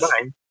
nine